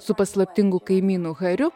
su paslaptingu kaimynu hariu